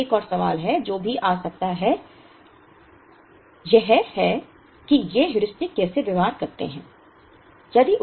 अब एक और सवाल है जो भी आ सकता है यह है कि ये हेयुरिस्टिक कैसे व्यवहार करते हैं